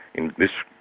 in this,